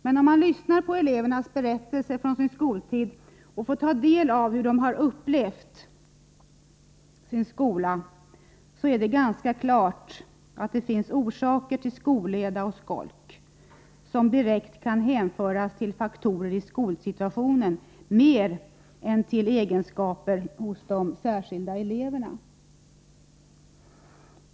Men om man lyssnar på elevernas berättelser från sin skoltid och tar del av redogörelserna för hur de upplevt sin skolsituation, så står det ganska klart att det finns orsaker till skolleda och skolk, vilka direkt kan hänföras till faktorer i skolsituationen, mer än till egenskaper hos de särskilda eleverna.